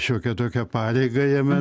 šiokią tokią pareigą jame